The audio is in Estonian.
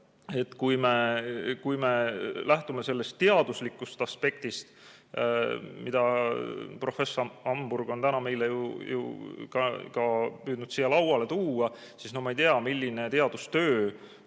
kui me lähtume sellest teaduslikust aspektist, mida professor Hamburg on täna meile püüdnud lauale tuua, siis ma ei tea, milline teadustöö